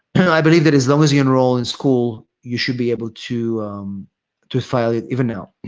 i believe that as long as you enroll in school, you should be able to to file it even now.